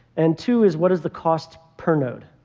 and two is what is the cost per node.